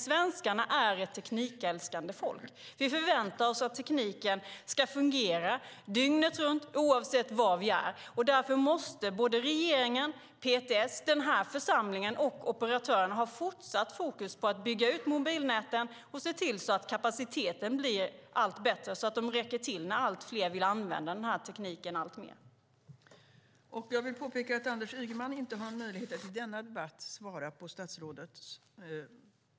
Svenskarna är ett teknikälskande folk. Vi förväntar oss att tekniken ska fungera dygnet runt oavsett var vi är. Därför måste regeringen, PTS, den här församlingen och operatörerna fortsatt ha fokus på att bygga ut mobilnäten och se till att kapaciteten blir allt bättre och räcker till när allt fler vill använda den här tekniken alltmer.